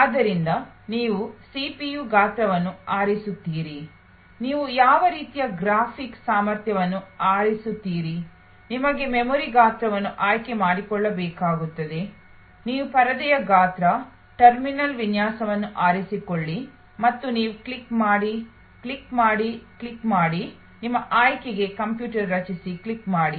ಆದ್ದರಿಂದ ನೀವು ಸಿಪಿಯು ಗಾತ್ರವನ್ನು ಆರಿಸುತ್ತೀರಿ ನೀವು ಯಾವ ರೀತಿಯ ಗ್ರಾಫಿಕ್ ಸಾಮರ್ಥ್ಯವನ್ನು ಆರಿಸುತ್ತೀರಿ ನಿಮಗೆ ಮೆಮೊರಿ ಗಾತ್ರವನ್ನು ಆಯ್ಕೆ ಮಾಡಬೇಕಾಗುತ್ತದೆ ನೀವು ಪರದೆಯ ಗಾತ್ರ ಟರ್ಮಿನಲ್ ವಿನ್ಯಾಸವನ್ನು ಆರಿಸಿಕೊಳ್ಳಿ ಮತ್ತು ನೀವು ಕ್ಲಿಕ್ ಮಾಡಿ ಕ್ಲಿಕ್ ಮಾಡಿ ಕ್ಲಿಕ್ ಮಾಡಿ ನಿಮ್ಮ ಆಯ್ಕೆಗೆ ಕಂಪ್ಯೂಟರ್ ರಚಿಸಿ ಕ್ಲಿಕ್ ಮಾಡಿ